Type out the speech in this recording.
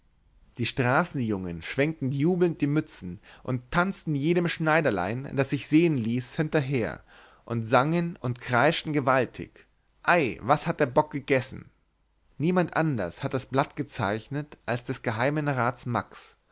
die straßenjungen schwenkten jubelnd die mützen und tanzten jedem schneiderlein das sich sehen ließ hinterher und sangen und kreischten gewaltig ei was hat der bock gegessen niemand anders hat das blatt gezeichnet als des geheimen rats